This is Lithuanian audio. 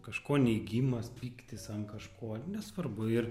kažko neigimas pyktis ant kažko nesvarbu ir